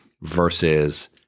versus